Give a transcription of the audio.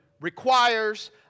requires